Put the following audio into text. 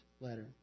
letter